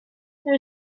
there